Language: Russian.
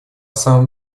самом